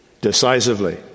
decisively